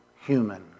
human